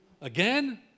Again